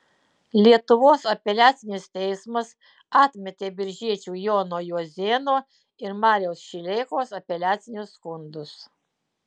lietuvos apeliacinis teismas atmetė biržiečių jono juozėno ir mariaus šileikos apeliacinius skundus